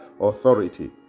authority